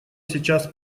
сейчас